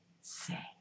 say